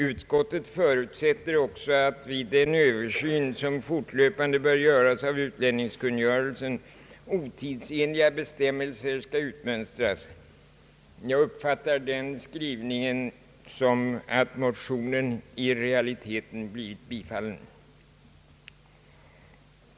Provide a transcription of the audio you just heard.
Utskottet förutsätter också att vid en översyn som fortlöpande bör göras av utlänningskungörelsen otidsenliga bestämmelser skall utmönstras. Jag uppfattar den skrivningen så att motionen i realiteten har blivit tillstyrkt.